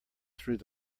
through